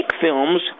films